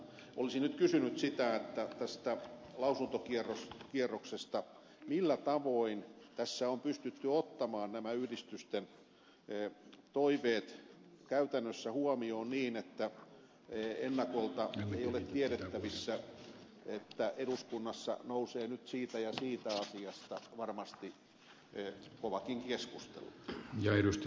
olisin nyt kysynyt tästä lausuntokierroksesta sitä millä tavoin tässä on pystytty ottamaan nämä yhdistysten toiveet käytännössä huomioon niin että ennakolta ei ole tiedettävissä että eduskunnassa nousee nyt siitä ja siitä asiasta varmasti kovakin keskustelu